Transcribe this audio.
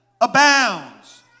abounds